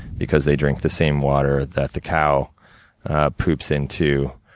because they drink the same water that the cow poops into.